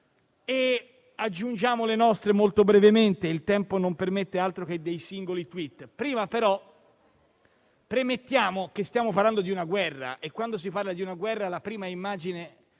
Aggiungiamo le nostre, molto brevemente; il tempo non permette altro che dei singoli *tweet*. Prima, però, premettiamo che stiamo parlando di una guerra e, quando si parla di una guerra, la prima immagine,